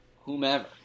whomever